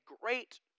great